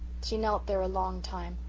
she knelt there a long time,